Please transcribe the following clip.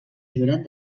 jurat